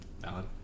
Valid